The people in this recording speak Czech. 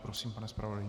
Prosím, pane zpravodaji.